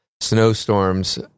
snowstorms